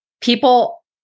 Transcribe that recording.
people